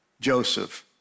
Joseph